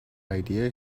idea